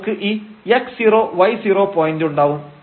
നമുക്ക് ഈ x0y0 point ഉണ്ടാവും